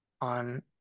on